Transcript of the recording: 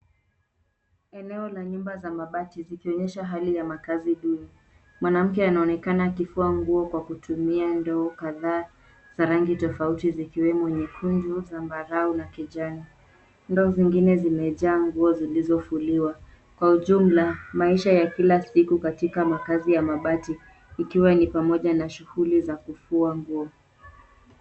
Eneo la nyumba za mabati zikionyesha hali ya makazi duni. Mwanamke anaonekana akifua nguo kwa kutumia ndoo kadhaa za rangi tofauti zikiwemo nyekundu, zambarau na kijani. Ndoo zingine zimejaa nguo zilizofuliwa. Kwa ujumla maisha ya kila siku katika makazi ya mabati ikiwa ni pamoja na shughuli za kufua nguo.